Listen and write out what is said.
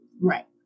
Right